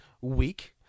week